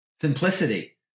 simplicity